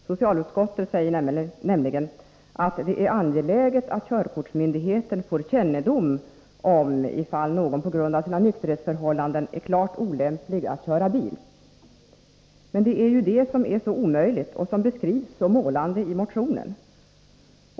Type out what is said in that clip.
Socialutskottet säger nämligen att det är ”angeläget att körkortsmyndigheten får kännedom om de fall då någon på grund av sina nykterhetsförhållanden är klart olämplig att köra bil”. Men det är ju det som är så omöjligt och som beskrivs så målande i motionen.